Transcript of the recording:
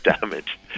damage